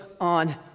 on